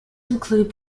include